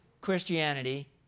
Christianity